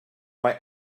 mae